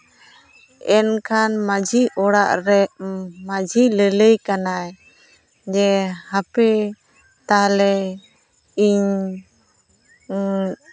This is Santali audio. ᱮᱱᱠᱷᱟᱱ ᱢᱟᱹᱡᱷᱤ ᱚᱲᱟᱜ ᱨᱮ ᱢᱟᱹᱡᱷᱤ ᱞᱟᱹᱞᱟᱹᱞᱟᱹᱭ ᱠᱟᱱᱟᱭ ᱡᱮ ᱦᱟᱯᱮ ᱛᱟᱦᱚᱞᱮ ᱤᱧ